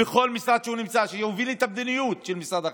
בכל משרד שהוא נמצא שיוביל את המדיניות של משרד החינוך?